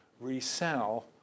resell